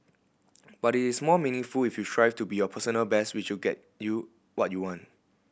but it is more meaningful if you strive to be your personal best which will get you what you want